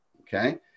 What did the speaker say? Okay